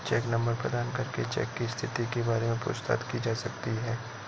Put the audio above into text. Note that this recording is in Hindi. चेक नंबर प्रदान करके चेक की स्थिति के बारे में पूछताछ की जा सकती है